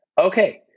okay